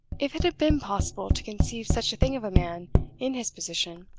if it had been possible to conceive such a thing of a man in his position,